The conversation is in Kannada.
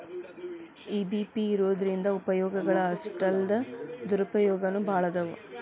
ಇ.ಬಿ.ಪಿ ಇರೊದ್ರಿಂದಾ ಉಪಯೊಗಗಳು ಅಷ್ಟಾಲ್ದ ದುರುಪಯೊಗನೂ ಭಾಳದಾವ್